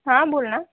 हां बोला